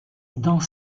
dans